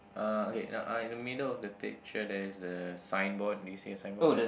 uh okay uh uh in the middle of the picture there's the signboard do you see a signboard there